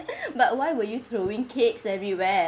but why were you throwing cakes everywhere